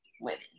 women